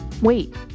Wait